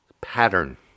pattern